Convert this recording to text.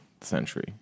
century